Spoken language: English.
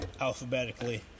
alphabetically